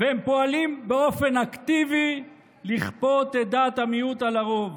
והם פועלים באופן אקטיבי לכפות את דעת המיעוט על הרוב.